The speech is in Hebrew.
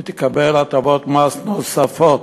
היא תקבל הטבות מס נוספות.